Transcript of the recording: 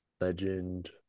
Legend